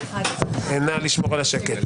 נא לשמור על השקט.